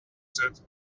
said